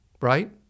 right